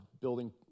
building